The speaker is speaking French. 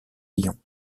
lions